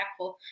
impactful